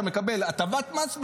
אתה מקבל הטבת מס,